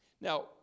Now